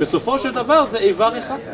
בסופו של דבר זה איבר אחד.